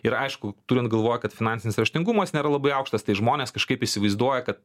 ir aišku turint galvoj kad finansinis raštingumas nėra labai aukštas tai žmonės kažkaip įsivaizduoja kad